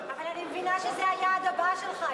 אבל אני מבינה שזה היעד הבא שלך,